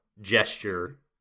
gesture